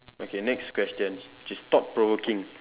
okay next question which is thought provoking